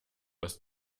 aus